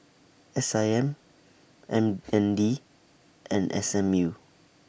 S I M M N D and S M U